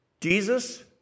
Jesus